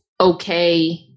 okay